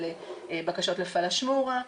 של בקשות לפלשמורה,